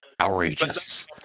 outrageous